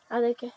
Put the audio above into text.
ಅದಕ್ಕೆ